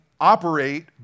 operate